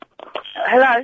Hello